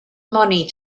money